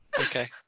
Okay